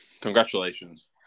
congratulations